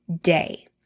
day